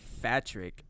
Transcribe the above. Fatrick